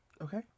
Okay